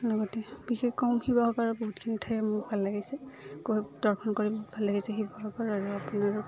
লগতে বিশেষ কম শিৱসাগৰৰ বহুতখিনি ঠাই মোৰ ভাল লাগিছে গৈ দৰ্শন কৰি বহুত ভাল লাগিছে শিৱসাগৰ আৰু আপোনাৰ